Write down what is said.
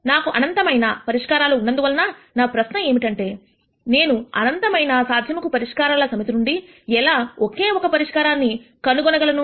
నాకు అనంతమైన పరిష్కారాలు ఉన్నందువలన నా ప్రశ్న ఏంటంటే నేను అనంతమైన సాధ్యమగు పరిష్కారాల సమితి నుండి ఎలా ఒకే ఒక పరిష్కారాన్ని కనుగొనగలను